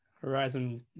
horizon